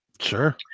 sure